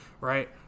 Right